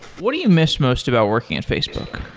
what do you miss most about working at facebook?